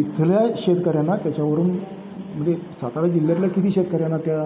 इथल्या शेतकऱ्यांना त्याच्यावरून म्हणजे सातारा जिल्ह्यातल्या किती शेतकऱ्यांना त्या